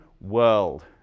world